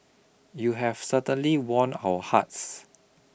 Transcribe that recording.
you have certainly won our hearts